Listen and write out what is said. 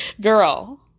girl